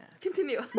Continue